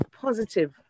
positive